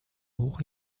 hoch